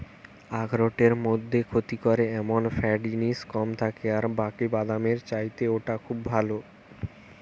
আখরোটের মধ্যে ক্ষতি করে এমন ফ্যাট জিনিস কম থাকে আর বাকি বাদামের চাইতে ওটা খুব ভালো